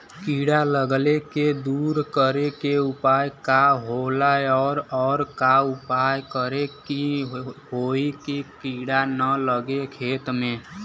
कीड़ा लगले के दूर करे के उपाय का होला और और का उपाय करें कि होयी की कीड़ा न लगे खेत मे?